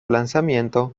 lanzamiento